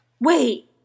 Wait